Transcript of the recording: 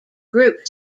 group